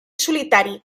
solitari